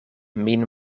min